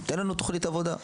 תן לנו תוכנית עבודה.